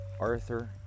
Arthur